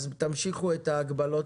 אז תמשיכו את ההגבלות,